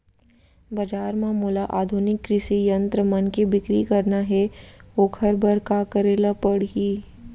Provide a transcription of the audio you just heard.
बजार म मोला आधुनिक कृषि यंत्र मन के बिक्री करना हे ओखर बर का करे ल पड़ही?